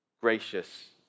gracious